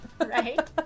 right